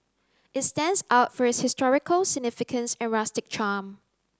it stands out for its historical significance and rustic charm